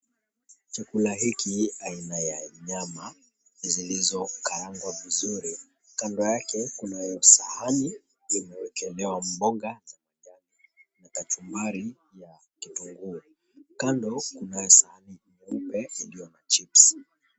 Chakula hiki aina ya nyama zilizokarangwa vizuri. Kando yake kunayo sahani imeekelewa mboga za kijani na kachumbari ya kitunguu. Kando kuna sahani nyeupe iliyoekwa chipsi.